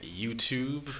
YouTube